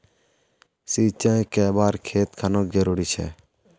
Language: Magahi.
सिंचाई कै बार खेत खानोक जरुरी छै?